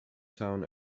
town